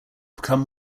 become